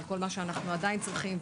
על כל מה שאנחנו עדיין צריכים,